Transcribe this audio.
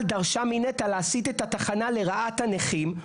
דרשה מנת"ע להסיט את התחנה לרעת הנכים,